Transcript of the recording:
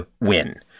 win